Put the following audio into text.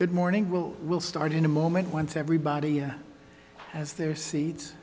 good morning well we'll start in a moment once everybody has their seat